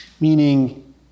Meaning